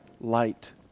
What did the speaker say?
light